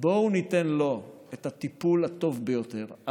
בואו ניתן את הטיפול הטוב ביותר,